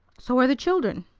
so are the children.